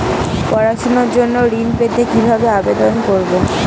পড়াশুনা জন্য ঋণ পেতে কিভাবে আবেদন করব?